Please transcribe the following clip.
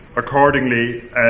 Accordingly